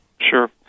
Sure